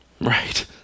Right